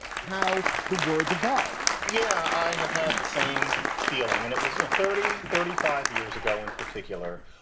how the words evolved yeah, i have had the same feeling. and it was. thirty, thirty five years ago, in particular,